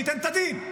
שייתן את הדין,